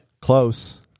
Close